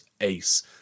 ace